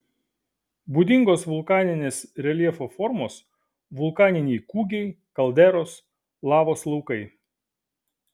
būdingos vulkaninės reljefo formos vulkaniniai kūgiai kalderos lavos laukai